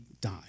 die